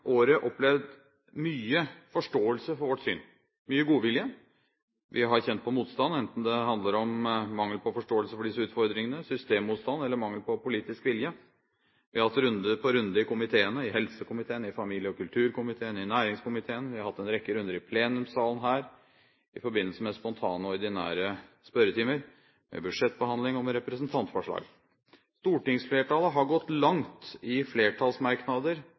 året opplevd mye forståelse for vårt syn, mye godvilje. Vi har kjent på motstand enten det handler om mangel for forståelse for disse utfordringene, systemmotstand, eller mangel på politisk vilje. Vi har hatt runde på runde i komiteene, i helsekomiteen, i familie- og kulturkomiteen og i næringskomiteen. Vi har hatt en rekke runder i plenumssalen her i forbindelse med spontane og ordinære spørretimer, budsjettbehandling og representantforslag. Stortingsflertallet har gått langt i forhold til flertallsmerknader